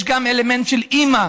יש גם אלמנט של אימא,